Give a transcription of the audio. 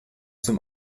zum